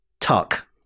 Tuck